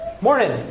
Morning